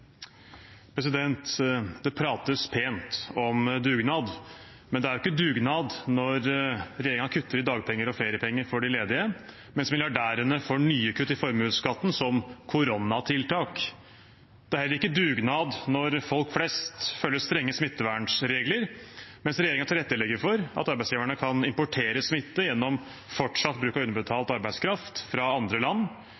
jo ikke dugnad når regjeringen kutter i dagpenger og feriepenger for de ledige, mens milliardærene får nye kutt i formuesskatten som koronatiltak. Det er heller ikke dugnad når folk flest følger strenge smittevernregler, mens regjeringen tilrettelegger for at arbeidsgiverne kan importere smitte gjennom fortsatt bruk av